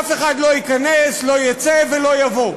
אף אחד לא ייכנס ולא יצא ולא יבוא.